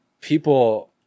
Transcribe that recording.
people